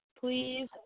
please